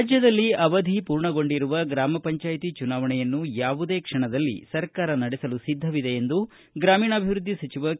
ರಾಜ್ಯದಲ್ಲಿ ಅವಧಿ ಪೂರ್ಣಗೊಂಡಿರುವ ಗ್ರಾಮ ಪಂಚಾಯಿತಿ ಚುನಾವಣೆಯನ್ನು ಯಾವುದೇ ಕ್ಷಣದಲ್ಲಿ ಸರ್ಕಾರ ನಡೆಸಲು ಸಿದ್ಧವಿದೆ ಎಂದು ಗ್ರಾಮೀಣಾಭಿವೃದ್ಧಿ ಸಚಿವ ಕೆ